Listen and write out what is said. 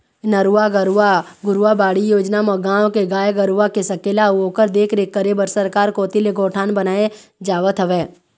नरूवा, गरूवा, घुरूवा, बाड़ी योजना म गाँव के गाय गरूवा के सकेला अउ ओखर देखरेख करे बर सरकार कोती ले गौठान बनाए जावत हवय